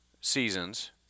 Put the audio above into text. seasons